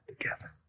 together